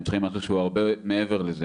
הם צריכים משהו שהוא הרבה מעבר לזה